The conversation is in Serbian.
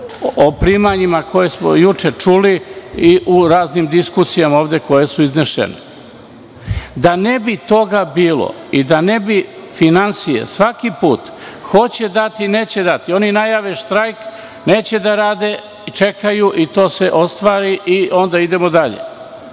o primanjima koje smo juče čuli i u raznim diskusijama koje su ovde iznesene. Da ne bi toga bilo i da ne bi finansije, svaki put, hoće dati – neće dati, oni najave štrajk, neće da rade, čekaju i to se ostvari i onda idemo dalje.